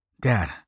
Dad